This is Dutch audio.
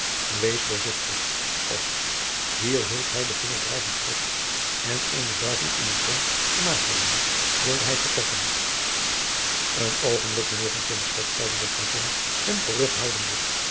wees voorzichtig of hier hield hij den vinger dreigend op en eene buiging in t rond gemaakt hebbende wilde hij vertrekken een oogenblik mijnheer van kinschot zeide jacob van lennep de pleegzoon de gravin hem terughoudende